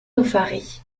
nauphary